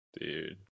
Dude